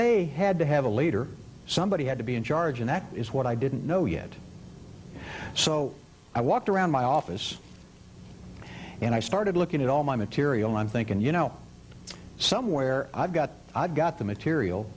they had to have a leader somebody had to be in charge and that is what i didn't know yet so i walked around my office and i started looking at all my material i'm thinking you know somewhere i've got i've got the material